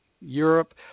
Europe